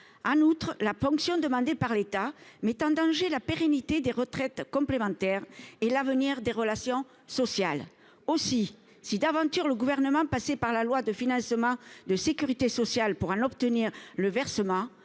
En outre, la ponction demandée par l’État met en danger la pérennité des retraites complémentaires et l’avenir des relations sociales. Si d’aventure le Gouvernement passait par le projet loi de financement de la sécurité sociale pour en obtenir le versement,